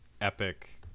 epic